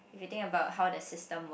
if you think about how the system work